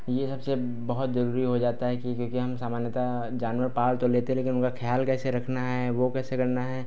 यह सबसे बहुत ज़रूरी हो जाता है क्यों क्योंकि हम सामान्यतः जानवर पाल तो लेते हैं लेकिन उनका ख्याल कैसे रखना है वह कैसे करना है